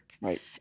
Right